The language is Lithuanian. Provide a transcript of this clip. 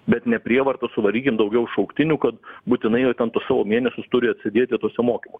bet ne prievarta suvarykim daugiau šauktinių kad būtinai jau ten tuos savo mėnesius turi atsėdėti tuose mokymuose